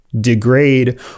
degrade